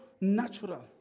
natural